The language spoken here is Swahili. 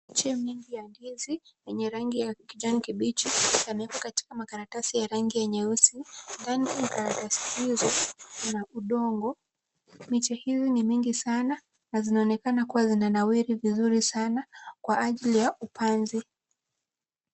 Miche mingi ya ndizi yenye rangi ya kijani kibichi, yamewekwa katika makaratasi ya rangi ya nyeusi. Ndani ya karatasi hizo kuna udongo. Miche hizi ni nyingi sana na zinaonekana kuwa zinanawiri vizuri sana kwa ajili ya upanzi.